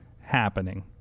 happening